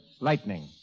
Lightning